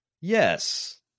Yes